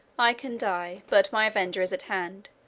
i can die. but my avenger is at hand.